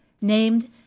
named